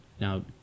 now